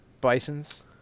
Bisons